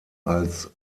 als